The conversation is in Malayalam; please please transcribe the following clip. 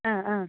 ആ ആ